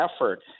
effort